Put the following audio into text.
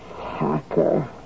Hacker